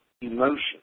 emotion